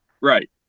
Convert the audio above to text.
Right